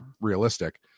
realistic